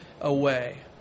away